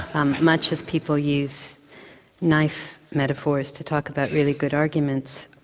um much as people use knife metaphors to talk about really good arguments,